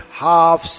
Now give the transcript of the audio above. half